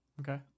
Okay